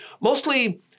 mostly